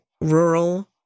rural